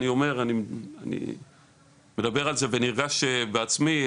אני מדבר על זה ונרגש בעצמי,